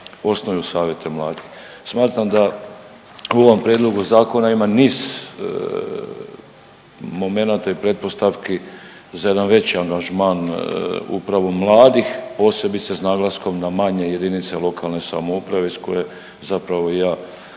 osnuju savjete mladih. Smatram da u ovom prijedlogu zakona ima niz momenata i pretpostavki za jedan veći angažman upravo mladih posebice sa naglaskom na manje jedinice lokalne samouprave iz koje zapravo i ja